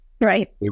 Right